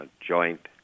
joint